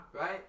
right